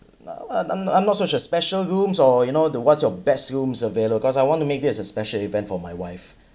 uh I'm no~ I'm not so sure special rooms or you know the what's your best rooms available because I want to make this as a special event for my wife